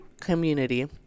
community